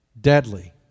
deadly